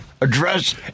address